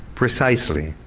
precisely.